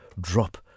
drop